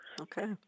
Okay